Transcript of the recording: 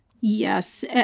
Yes